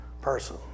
person